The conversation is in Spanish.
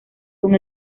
con